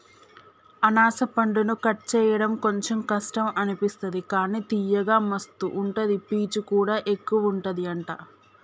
అనాస పండును కట్ చేయడం కొంచెం కష్టం అనిపిస్తది కానీ తియ్యగా మస్తు ఉంటది పీచు కూడా ఎక్కువుంటది అంట